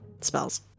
spells